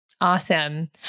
Awesome